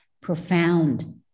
profound